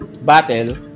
battle